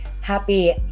Happy